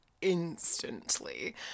instantly